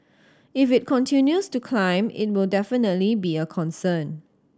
if it continues to climb it will definitely be a concern